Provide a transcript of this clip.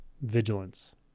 Vigilance